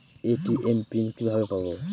ATM pin কিভাবে পাবো?